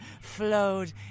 flowed